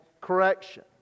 correction